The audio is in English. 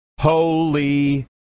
Holy